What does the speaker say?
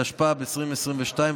התשפ"ב 2022,